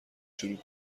چروک